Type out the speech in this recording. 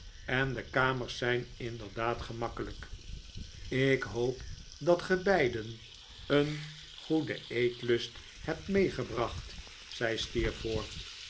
en de kamers zijn inderdaad gemakkelijk ik hoop dat ge beiden een goeden eetlust hebt meegebracht zei